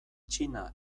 txina